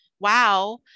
Wow